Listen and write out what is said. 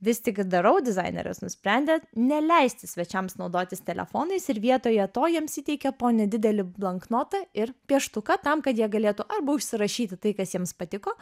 vis tik darau dizaineris nusprendė neleisti svečiams naudotis telefonais ir vietoje to jiems įteikė po nedidelį blanknotą ir pieštuką tam kad jie galėtų arba užsirašyti tai kas jiems patiko